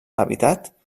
habitat